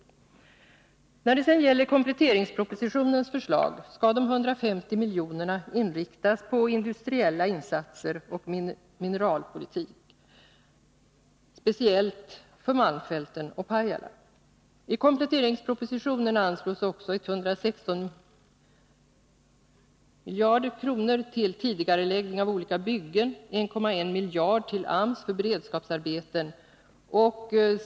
När det gäller kompletteringspropositionens förslag skall de 150 milj.kr. inriktas på industriella insatser och mineralpolitiken i speciellt Malmfälten och Pajala. I kompletteringspropositionen anslås också 116 milj.kr. till tidigareläggning av olika byggen och 1,1 miljarder kronor till AMS för beredskapsarbeten.